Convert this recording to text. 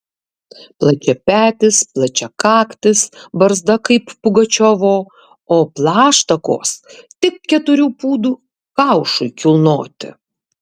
plačiapetis plačiakaktis barzda kaip pugačiovo o plaštakos tik keturių pūdų kaušui kilnoti